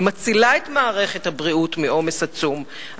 ומצילה את מערכת הבריאות מעומס עצום,